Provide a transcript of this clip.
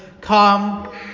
come